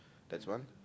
that's one